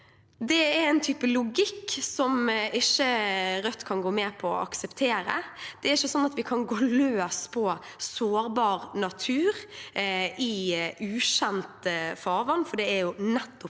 Det er en type logikk som Rødt ikke kan gå med på å akseptere. Det er ikke sånn at vi kan gå løs på sårbar natur i ukjente farvann, for det er nettopp